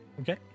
Okay